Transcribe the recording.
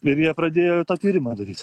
ir jie pradėjo tą tyrimą daryt